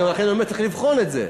לכן אני אומר: צריך לבחון את זה.